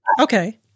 Okay